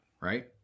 Right